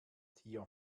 tier